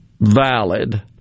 valid